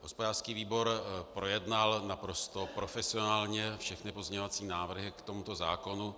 Hospodářský výbor projednal naprosto profesionálně všechny pozměňovací návrhy k tomuto zákonu.